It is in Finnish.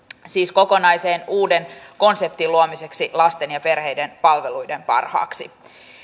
siis kokonaisen uuden konseptin luomiseksi lasten ja perheiden palveluiden parhaaksi